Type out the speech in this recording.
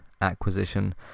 acquisition